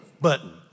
button